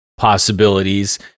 Possibilities